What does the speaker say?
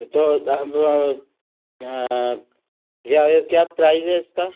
तो यहाँ पर क्या प्राइज़ है इसका